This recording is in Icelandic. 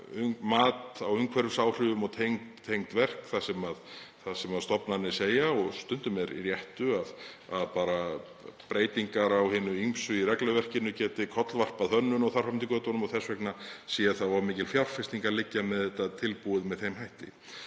á umhverfisáhrifum og tengd verk þar sem stofnanir segja, og stundum með réttu, að bara breytingar á hinum ýmsu í regluverkinu geti kollvarpað hönnun og þar fram eftir götunum. Þess vegna sé það of mikil fjárfesting að liggja með þetta tilbúið með þeim hætti.